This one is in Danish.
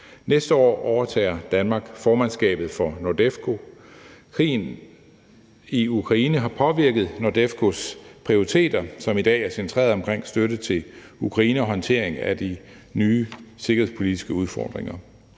Næste år overtager Danmark formandskabet for NORDEFCO. Krigen i Ukraine har påvirket NORDEFCOs prioriteter, som i dag er centreret omkring støtte til Ukraine og håndtering af de nye sikkerhedspolitiske udfordringer.